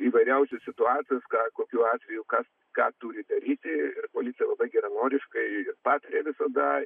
įvairiausias situacijas ką kokiu atveju kas ką turi daryti ir policija geranoriškai pataria visada